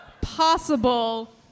possible